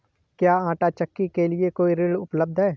क्या आंटा चक्की के लिए कोई ऋण उपलब्ध है?